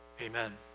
Amen